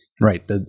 Right